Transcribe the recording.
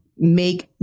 Make